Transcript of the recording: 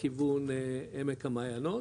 לכיוון עמק המעיינות,